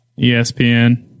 ESPN